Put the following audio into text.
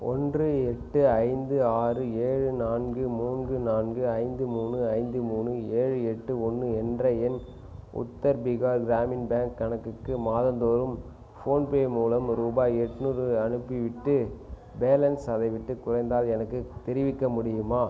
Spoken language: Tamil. ஒன்று எட்டு ஐந்து ஆறு ஏழு நான்கு மூன்று நான்கு ஐந்து மூணு ஐந்து மூணு ஏழு எட்டு ஒன்று என்ற என் உத்தர் பீகார் கிராமின் பேங்க் கணக்குக்கு மாதந்தோறும் ஃபோன்பே மூலம் ரூபாய் எட்நூறு அனுப்பிவிட்டு பேலன்ஸ் அதைவிட்டு குறைந்தால் எனக்குத் தெரிவிக்க முடியுமா